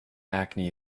acne